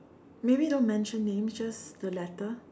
maybe don't mention names just the letter